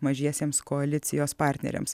mažiesiems koalicijos partneriams